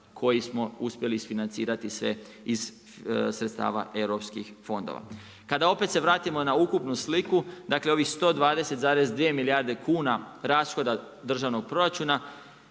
koji smo uspjeli isfinancirati se iz sredstava EU fondova. Kada opet se vratimo na ukupnu sliku, dakle ovih 120,2 milijarde kuna rashoda državnog proračuna